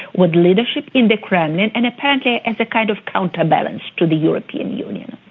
with leadership in the kremlin, and apparently as a kind of counterbalance to the european union.